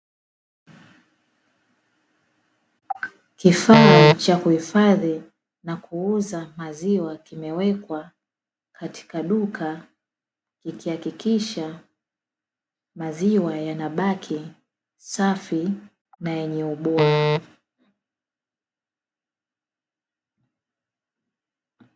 Kifaa cha kuhifadhi na kuuza maziwa huweka katika duka hukakikisha maziwa yanabaki safi na yenye ubora.